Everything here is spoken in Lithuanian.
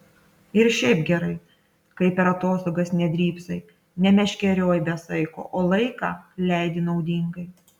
ir šiaip gerai kai per atostogas nedrybsai nemeškerioji be saiko o laiką leidi naudingai